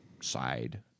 side